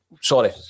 Sorry